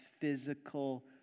physical